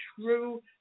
true